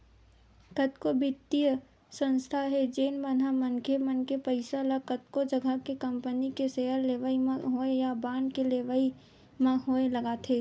कतको बित्तीय संस्था हे जेन मन ह मनखे मन के पइसा ल कतको जघा के कंपनी के सेयर लेवई म होय या बांड के लेवई म होय लगाथे